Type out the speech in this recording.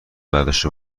برداشته